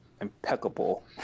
impeccable